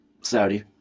Saudi